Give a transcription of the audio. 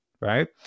right